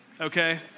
okay